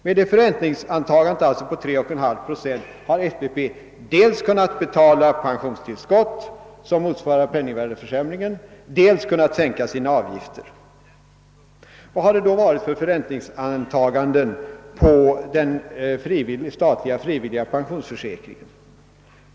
Med detta förräntningsantagande på 3!/> procent har SPP alltså dels kunnat betala pensionstillskott som motsvarar penningvärdeförsämringen, dels kunnat sänka sina avgifter. Vad har det då varit för färräntningsantaganden på den statliga frivilliga pensionsförsäkringen?